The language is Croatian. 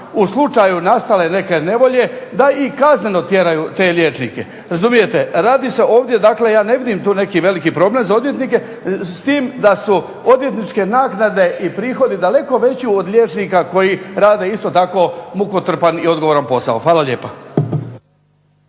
u slučaju nastale neke nevolje da i kazneno tjeraju te liječnike. Razumijete? Radi se ovdje, dakle ja ne vidim tu neki veliki problem za odvjetnike s tim da su odvjetničke naknade i prihodi daleko veći od liječnika koji rade isto tako mukotrpan i odgovoran posao. Hvala lijepa.